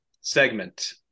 segment